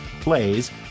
plays